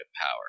power